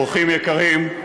אורחים יקרים,